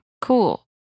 Cool